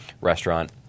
restaurant